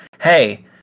hey